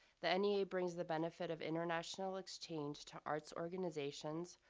the nea brings the benefit of international exchange to arts organizations,